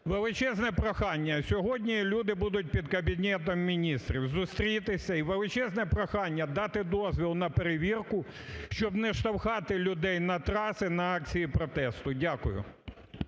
Величезне прохання, сьогодні люди будуть під Кабінетом Міністрів, зустрітися. І величезне прохання дати дозвіл на перевірку, щоб не штовхати людей не траси на акції протесту. Дякую.